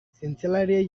zientzialariei